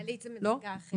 מעלית זה מדרגה אחרת.